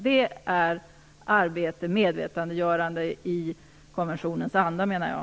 Det är arbete för medvetandegörande i konventionens anda, menar jag.